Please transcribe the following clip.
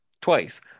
Twice